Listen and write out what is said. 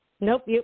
Nope